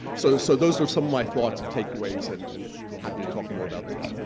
so so those are some of my thoughts and takeaways, and and happy to talk more about those.